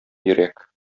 йөрәк